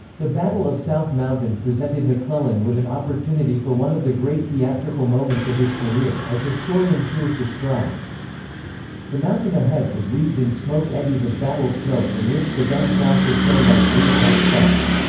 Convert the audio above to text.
the battle of south mountain presented mcclellan with an opportunity for one of the great theatrical moments of his career, as historian sears describes the mountain ahead was wreathed in smoke eddies of battle smoke in which the gun flashes shone like brief hot sparks.